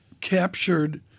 captured